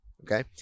Okay